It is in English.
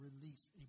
release